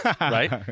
right